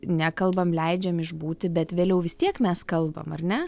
nekalbam leidžiam išbūti bet vėliau vis tiek mes kalbam ar ne